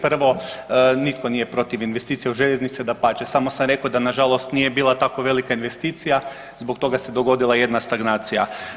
Prvo, nitko nije protiv investicija u željeznice dapače samo sam rekao da nažalost nije bila tako velika investicija zbog toga se dogodila jedna stagnacija.